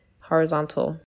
horizontal